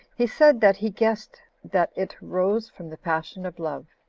he said that he guessed that it arose from the passion of love.